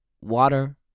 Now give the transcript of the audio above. water